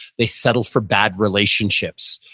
they settle for bad relationships.